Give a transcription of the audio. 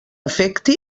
afecti